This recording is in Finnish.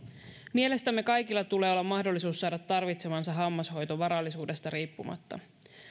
mielestämme kaikilla tulee olla mahdollisuus saada tarvitsemansa hammashoito varallisuudesta riippumatta